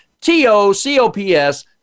T-O-C-O-P-S